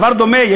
דבר דומה,